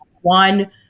one